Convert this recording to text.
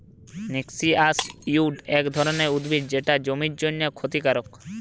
noxious weed এক ধরণের উদ্ভিদ যেটা জমির জন্যে ক্ষতিকারক